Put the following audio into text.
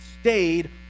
stayed